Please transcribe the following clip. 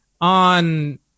on